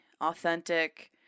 Authentic